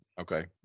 Okay